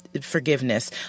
forgiveness